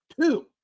Two